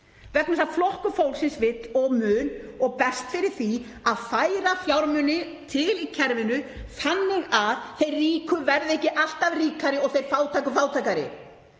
vegna þess að Flokkur fólksins vill og mun og berst fyrir því að færa fjármuni til í kerfinu þannig að þeir ríku verði ekki alltaf ríkari og þeir fátæku fátækari.